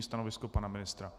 Stanovisko pana ministra?